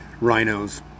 rhinos